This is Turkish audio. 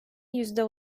yüzde